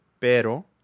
Pero